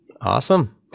Awesome